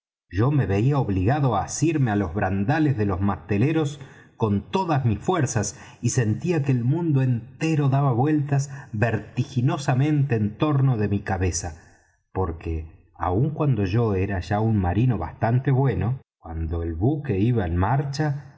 yo me veía obligado á asirme á los brandales de los masteleros con todas mis fuerzas y sentía que el mundo entero daba vueltas vertiginosamente en torno de mi cabeza porque aun cuando yo era ya un marino bastante bueno cuando el buque iba en marcha